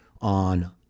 on